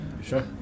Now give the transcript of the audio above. Sure